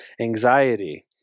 anxiety